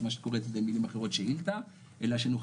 זה מה שאת קוראת במילים אחרות "שאילתה",